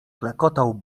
klekotał